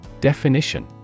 Definition